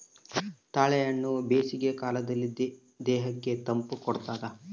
ತಾಳೆಹಣ್ಣು ಬೇಸಿಗೆ ಕಾಲದಲ್ಲಿ ದೇಹಕ್ಕೆ ತಂಪು ಕೊಡ್ತಾದ